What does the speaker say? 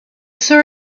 saw